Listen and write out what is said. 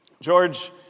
George